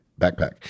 backpack